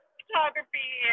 photography